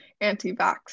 anti-vax